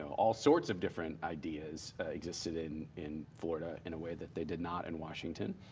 all sorts of different ideas existed in in florida in a way that they did not in washington,